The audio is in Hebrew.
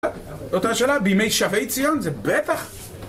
באותה השאלה? בימי שביי ציון? זה בטח...